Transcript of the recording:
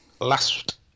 last